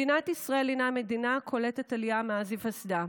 מדינת ישראל הינה מדינה קולטת עלייה מאז היווסדה.